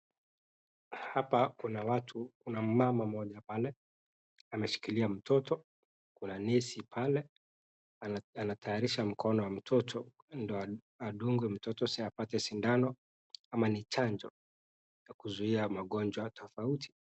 Hapa kuna watu. Kuna mumama mmoja pale ameshikilia mtoto, kuna nesi pale anatayarisha mkono wa mtoto ndio adungwe mtoto apate sindano ama ni chanjo ya kuzuia magonjwa tofauti.